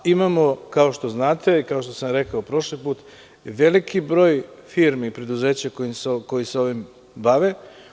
Imamo, kao što znate i kao što sam rekao prošli put veliki broj firmi i preduzeća koja se ovim bave.